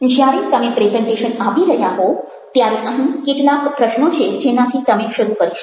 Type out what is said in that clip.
જ્યારે તમે પ્રેઝન્ટેશન આપી રહ્યા હો ત્યારે અહીં કેટલા પ્રશ્નો છે જેનાથી તમે શરૂ કરી શકો